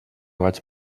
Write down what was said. vaig